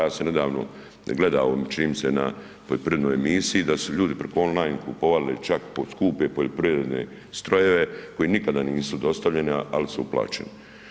Ja sam nedavno gledao čini mi se na poljoprivrednoj emisiji da su ljudi preko online kupovali čak skupe poljoprivredne strojeve koji im nikada nisu dostavljeni, ali su plaćeni.